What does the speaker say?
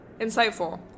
insightful